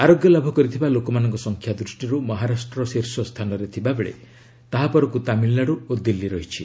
ଆରୋଗ୍ୟ ଲାଭ କରିଥିବା ଲୋକମାନଙ୍କ ସଂଖ୍ୟା ଦୃଷ୍ଟିରୁ ମହାରାଷ୍ଟ୍ର ଶୀର୍ଷସ୍ଥାନରେ ଥିବାବେଳେ ତାହା ପରକୁ ତାମିଲନାଡୁ ଓ ଦିଲ୍ଲୀ ରହିଛି